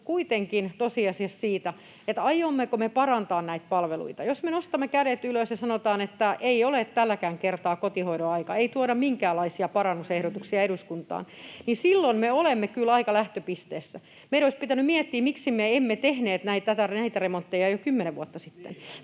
kuitenkin tosiasiassa siitä, aiommeko me parantaa näitä palveluita. Jos me nostamme kädet ylös ja sanomme, että ei ole tälläkään kertaa kotihoidon aika, ei tuoda minkäänlaisia parannusehdotuksia eduskuntaan, niin silloin me olemme kyllä aika lähtöpisteessä. Meidän olisi pitänyt miettiä, miksi me emme tehneet näitä remontteja jo kymmenen vuotta sitten.